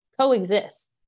coexist